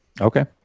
Okay